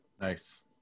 nice